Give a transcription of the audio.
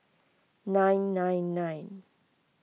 nine nine nine